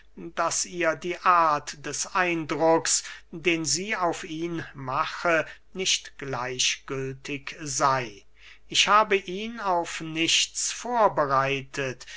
daß ihr die art des eindrucks den sie auf ihn mache nicht gleichgültig sey ich habe ihn auf nichts vorbereitet